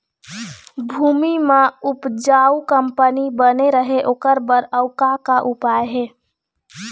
भूमि म उपजाऊ कंपनी बने रहे ओकर बर अउ का का उपाय हे?